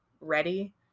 ready